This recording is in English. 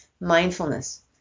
mindfulness